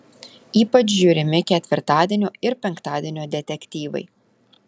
ypač žiūrimi ketvirtadienio ir penktadienio detektyvai